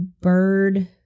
bird